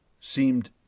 seemed